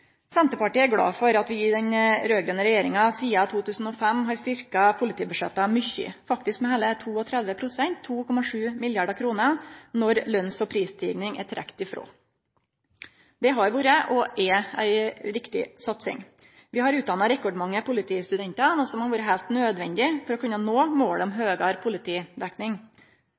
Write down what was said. Senterpartiet er glad for at vi i den raud-grøne regjeringa sidan 2005 har styrkt politibudsjetta mykje, faktisk med heile 32 pst. – 2,7 mrd. kr – når løns- og prisstiging er trekt frå. Det har vore – og er – ei riktig satsing. Vi har utdanna rekordmange politistudentar, noko som har vore heilt nødvendig for å kunne nå målet om høgare politidekning.